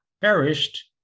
perished